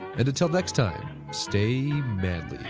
and until next time stay manly